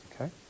okay